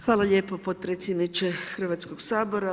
Hvala lijepo potpredsjedniče Hrvatskog sabora.